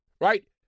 right